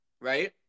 right